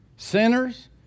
sinners